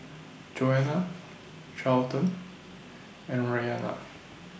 Joana Charlton and Rianna